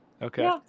okay